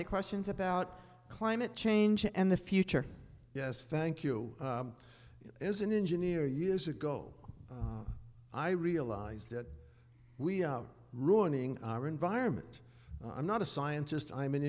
the questions about climate change and the future yes thank you is an engineer years ago i realized that we out ruining our environment i'm not a scientist i'm an